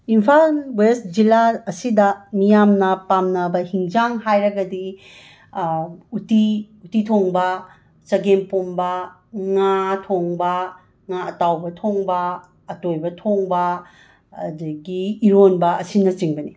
Imphal West ꯖꯤꯂꯥ ꯑꯁꯤꯗ ꯃꯤꯌꯥꯝꯅ ꯄꯥꯝꯅꯕ ꯍꯤꯡꯖꯥꯡ ꯍꯥꯏꯔꯒꯗꯤ ꯎꯇꯤ ꯎꯇꯤ ꯊꯣꯡꯕ ꯆꯒꯦꯝ ꯄꯣꯝꯕ ꯉꯥ ꯊꯣꯡꯕ ꯉꯥ ꯑꯇꯥꯎꯕ ꯊꯣꯡꯕ ꯑꯇꯣꯏꯕ ꯊꯣꯡꯕ ꯑꯗꯒꯤ ꯏꯔꯣꯝꯕ ꯑꯁꯤꯅꯆꯤꯡꯕꯅꯤ